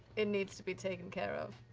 it needs to be taken care of.